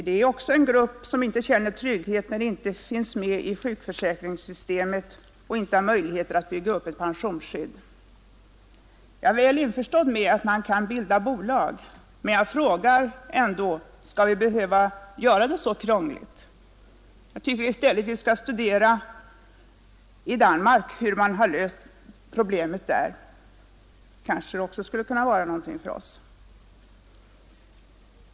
Det är också en grupp som inte känner trygghet när den inte finns med i sjukförsäkringssystemet och inte har möjligheter att bygga upp ett pensionsskydd. Jag är väl införstådd med att man kan bilda bolag, men jag frågar ändå: Skall vi behöva göra det så krångligt? Jag tycker i stället att vi skall studera hur man har löst problemet i Danmark. Det danska systemet kanske kunde vara någonting också för oss.